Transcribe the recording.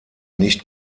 nicht